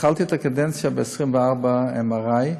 התחלתי את הקדנציה עם 24 MRI,